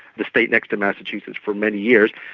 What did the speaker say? the state next to massachusetts, for many years.